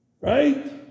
Right